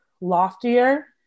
loftier